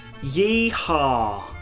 Yeehaw